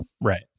right